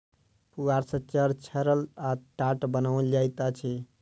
पुआर सॅ चार छाड़ल आ टाट बनाओल जाइत अछि